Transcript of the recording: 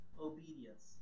obedience